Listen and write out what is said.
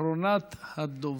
אחרונת הדוברים.